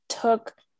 took